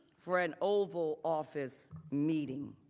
for an oval office meeting.